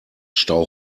stau